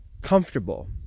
comfortable